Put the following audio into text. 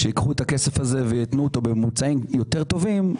שייקחו את הכסף הזה וייתנו אותו בממוצעים יותר טובים.